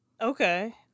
Okay